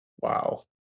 Wow